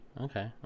Okay